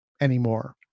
anymore